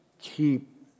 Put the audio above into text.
keep